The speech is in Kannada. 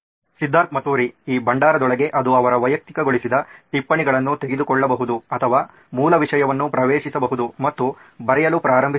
ಸಿದ್ಧಾರ್ಥ್ ಮತುರಿ ಈ ಭಂಡಾರದೊಳಗೆ ಅದು ಅವರ ವೈಯಕ್ತಿಕಗೊಳಿಸಿದ ಟಿಪ್ಪಣಿಗಳನ್ನು ತೆಗೆದುಕೊಳ್ಳಬಹುದು ಅಥವಾ ಮೂಲ ವಿಷಯವನ್ನು ಪ್ರವೇಶಿಸಬಹುದು ಮತ್ತು ಬರೆಯಲು ಪ್ರಾರಂಭಿಸಬಹುದು